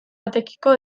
batekiko